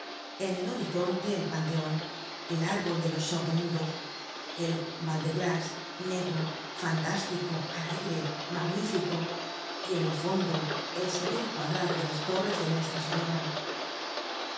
en el horizonte el panteon el árbol de los sordo-mudos el val degraee negro fantástico alegre magnífico y en el fondo el severo cuadrado de las torres de nuestra señora